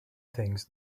things